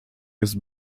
jest